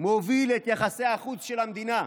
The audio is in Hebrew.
מוביל את יחסי החוץ של המדינה?